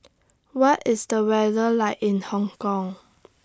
What IS The weather like in Hong Kong